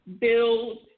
build